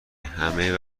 همه